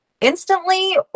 instantly